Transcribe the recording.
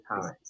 time